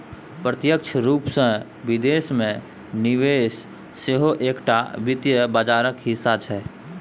प्रत्यक्ष रूपसँ विदेश मे निवेश सेहो एकटा वित्त बाजारक हिस्सा छै